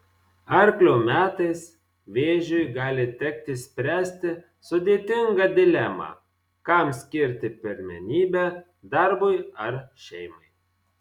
arklio metais vėžiui gali tekti spręsti sudėtingą dilemą kam skirti pirmenybę darbui ar šeimai